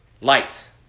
Light